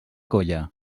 colla